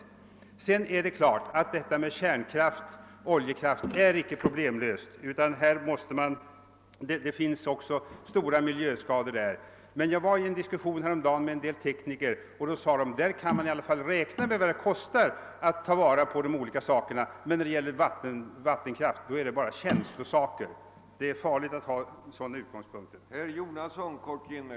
Frågorna om kärnkraft och oljekraft är naturligtvis inte problemlösa — kraft av de slagen kan också förorsaka stora miljöskador. Jag hade häromdagen en diskussion med en del tekniker och de sade: Där kan man i alla fall räkna ut vad det kostar, men i fråga om vattenkraft är det bara känsloskäl som anförs. Det är farligt att ha sådana utgångspunkter.